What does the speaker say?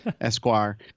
Esquire